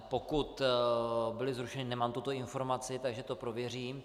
Pokud byly zrušeny, nemám tuto informaci, takže to prověřím.